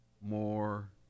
more